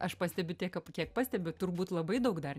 aš pastebiu tiek kiek pastebiu turbūt labai daug dar